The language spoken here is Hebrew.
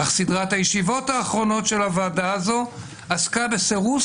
אך סדרת הישיבות האחרונות של הוועדה הזו עסקה בסירוס